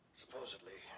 supposedly